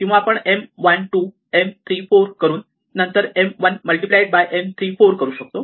किंवा आपण M 1 2 M 3 4 करून नंतर M 1 2 मल्टिप्लाइड बाय M 3 4 करू शकतो